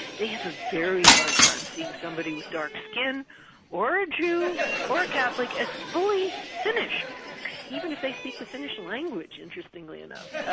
they have a very hard time seeing somebody with dark skin or a jew or a catholic as fully finnish even if they speak the finnish language, interestingly enough,